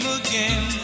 again